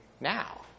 now